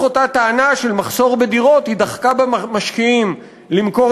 אותה טענה של מחסור בדירות היא דחקה במשקיעים למכור